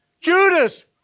Judas